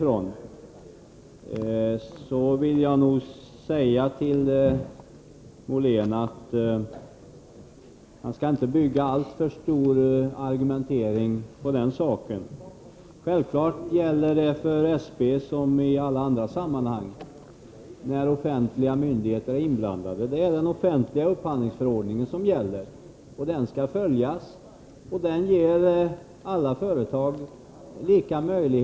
Jag vill säga till Per-Richard Molén att han inte skall bygga alltför stor argumentering på den saken. När offentliga myndigheter är inblandade är det den offentliga upphandlingsförordningen som gäller. Självfallet gäller detta för SP liksom i alla andra sammanhang.